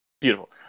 beautiful